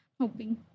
hoping